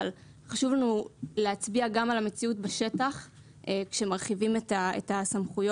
אבל חשוב לנו להצביע גם על המציאות בשטח כשמרחיבים את הסמכויות.